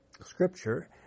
Scripture